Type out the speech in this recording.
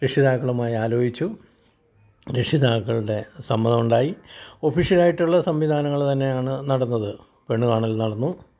രക്ഷിതാക്കളുമായി ആലോജിച്ചു രക്ഷിതാക്കളുടെ സമ്മതമുണ്ടായി ഓഫീഷ്യലായിട്ടുള്ള സംവിധാനങ്ങൾ തന്നെയാണ് നടന്നത് പെണ്ണ് കാണൽ നടന്നു